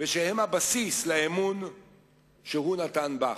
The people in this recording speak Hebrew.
ושהם הבסיס לאמון שהוא נתן בך.